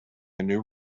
new